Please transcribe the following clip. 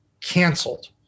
canceled